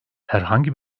herhangi